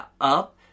up